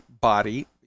body